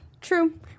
True